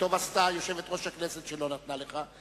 וטוב עשתה יושבת-ראש הכנסת שלא נתנה לך.